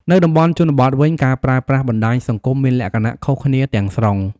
នៅតំបន់ជនបទវិញ ការប្រើប្រាស់បណ្ដាញសង្គមមានលក្ខណៈខុសគ្នាទាំងស្រុង។